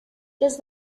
los